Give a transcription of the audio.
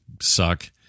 suck